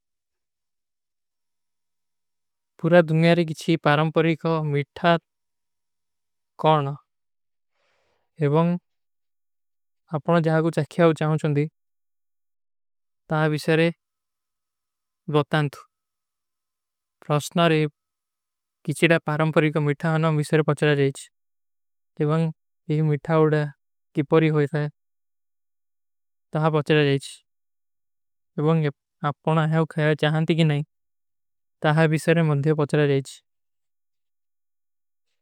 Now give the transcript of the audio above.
ପୁରା ଦୁନ୍ଯାରେ କିଛୀ ପାରଂପରୀ କା ମିଠା କାରନା ଏବଂଗ ଆପନା ଜହାଗୋ ଚକ୍ଯାଓ ଚାହୂଁ ଚୋଂଦୀ ତାହେ ଵିଶରେ ଦୋତାନ ଥୁ। ପୁରା ଦୁନ୍ଯାରେ କିଛୀ ପାରଂପରୀ କା ମିଠା କାରନା ଏବଂଗ ଆପନା ଜହାଗୋ ଚକ୍ଯାଓ ଚାହୂଁ ଚୋଂଦୀ ତାହେ ଵିଶରେ ଦୋତାନ ଥ।